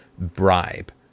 bribe